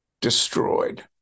destroyed